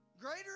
Greater